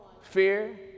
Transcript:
Fear